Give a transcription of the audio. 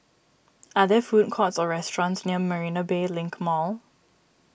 are there food courts or restaurants near Marina Bay Link Mall